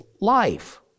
life